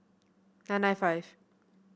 nine nine five